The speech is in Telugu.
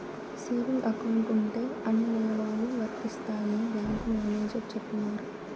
సేవింగ్ అకౌంట్ ఉంటే అన్ని నియమాలు వర్తిస్తాయని బ్యాంకు మేనేజర్ చెప్పినారు